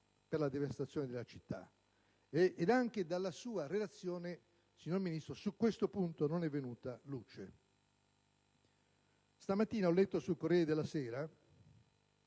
per la devastazione della città, e anche nella sua informativa, signor Ministro, su questo punto non si è fatta luce. Questa mattina ho letto sul «Corriere della Sera»